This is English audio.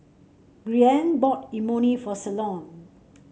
Breann bought Imoni for Ceylon